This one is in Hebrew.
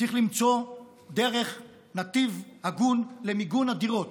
צריך למצוא דרך, נתיב הגון למיגון הדירות,